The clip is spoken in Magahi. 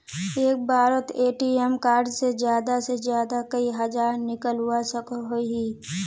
एक बारोत ए.टी.एम कार्ड से ज्यादा से ज्यादा कई हजार निकलवा सकोहो ही?